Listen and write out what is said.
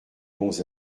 bons